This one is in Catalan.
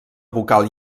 vocal